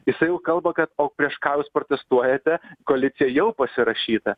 jisai jau kalba kad o prieš ką jūs protestuojate koalicija jau pasirašyta